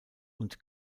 und